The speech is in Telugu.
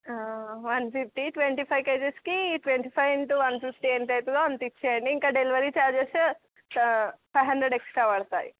వన్ ఫిఫ్టీ ట్వంటీ ఫైవ్ కేజెస్కి twenty five into one fifty ఎంత అవుతుందో అంత ఇవ్వండి ఇంకా delivery charges five hundred extra పడతాయి